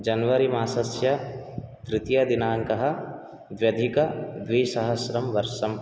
January मासस्य तृतीय दिनाङ्कः द्व्यधिक द्वि सहस्रं वर्षं